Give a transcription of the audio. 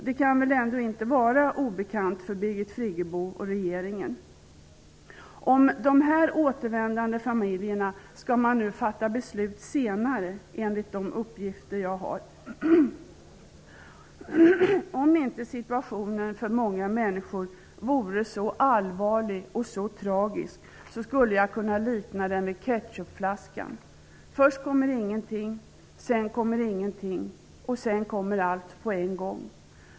Det kunde väl ändå inte var obekant för Birgit Friggebo och regeringen? Om dessa återvändande familjer skall man fatta beslut senare enligt de uppgifter som jag har fått. Om inte situationen för många människor vore så allvarlig och så tragisk, skulle jag kunna likna den vid ketchupflaskan: först kommer ingenting, sedan kommer ingenting och så kommer allt på en gång.